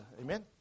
Amen